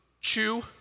chew